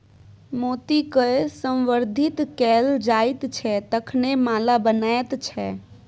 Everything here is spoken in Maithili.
मोतीकए संवर्धित कैल जाइत छै तखने माला बनैत छै